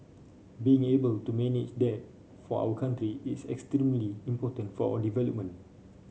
being able to manage there for our country is extremely important for our development